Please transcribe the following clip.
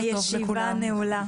הישיבה נעולה.